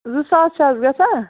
زٕ ساس چھِ حظ گَژھان